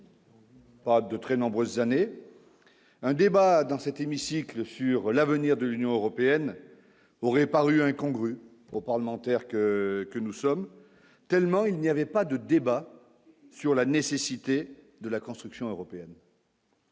Pas de très nombreuses années, un débat dans cet hémicycle, sur l'avenir de l'Union européenne aurait paru incongru aux parlementaires que que nous sommes tellement il n'y avait pas de débat sur la nécessité de la construction européenne.